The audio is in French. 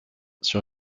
sur